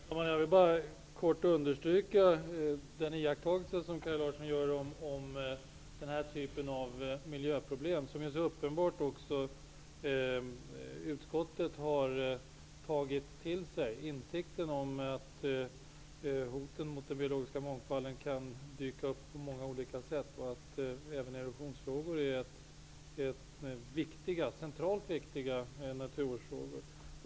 Herr talman! Jag vill bara kort understryka den iakttagelse som Kaj Larsson gör om den här typen av miljöproblem. Det är också uppenbart att utskottet har tagit till sig insikten om att hoten mot den biologiska mångfalden kan dyka upp på många olika sätt och att även erosionsfrågor är centralt viktiga naturvårdsfrågor.